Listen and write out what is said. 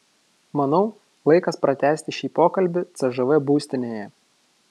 manau laikas pratęsti šį pokalbį cžv būstinėje